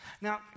Now